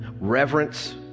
reverence